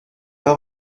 pas